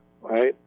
right